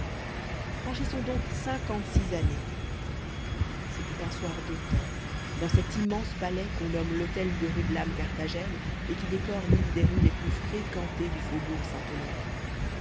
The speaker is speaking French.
franchissons donc cinquante-six années c'était un soir d'automne dans cet immense palais qu'on nomme l'hôtel de rudelame carthagène et qui décore l'une des rues les plus fréquentées du faubourg saint-honoré